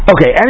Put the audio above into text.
Okay